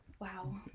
Wow